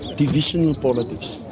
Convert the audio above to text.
traditional politics,